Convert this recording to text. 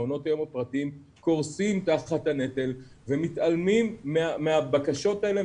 מעונות היום הפרטיים קורסים תחת הנטל ומתעלמים מהבקשות האלה,